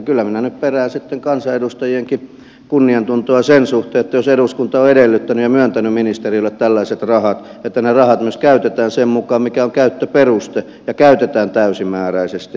kyllä minä nyt perään sitten kansanedustajienkin kunniantuntoa sen suhteen että jos eduskunta on edellyttänyt ja myöntänyt ministeriölle tällaiset rahat ne rahat myös käytetään sen mukaan mikä on käyttöperuste ja käytetään täysimääräisesti